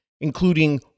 including